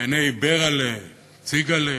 בעיני ברל'ה, ציגל'ה,